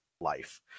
life